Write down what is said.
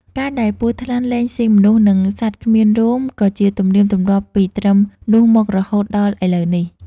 ការដែលពស់ថ្លាន់លែងស៊ីមនុស្ស និងសត្វគ្មានរោមក៏ជាទំនៀម ទំលាប់ពីត្រឹមនោះមករហូតដល់ឥឡូវនេះ ។